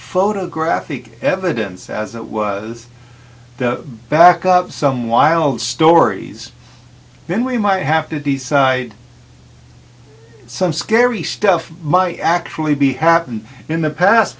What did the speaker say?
photographic evidence as it was back up some wild stories then we might have to decide some scary stuff might actually be happened in the past